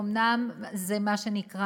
אומנם זה מה שנקרא